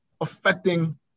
affecting